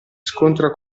scontra